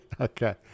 Okay